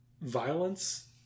violence